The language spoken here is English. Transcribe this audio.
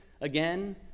again